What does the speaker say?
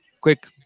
quick